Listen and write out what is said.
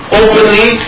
openly